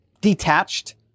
detached